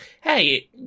hey